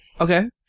Okay